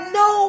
no